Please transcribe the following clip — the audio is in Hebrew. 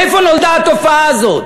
מאיפה נולדה התופעה הזאת?